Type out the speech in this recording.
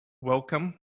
Welcome